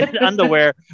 underwear